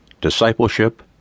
Discipleship